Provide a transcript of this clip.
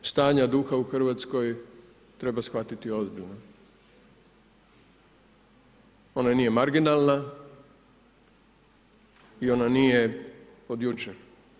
Tu vrstu stanja duha u Hrvatskoj treba shvatiti ozbiljno, ona nije marginalna i ona nije od jučer.